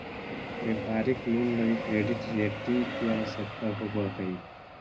व्यापारिक लोन लगी credit rating के आवश्यकता होवऽ हई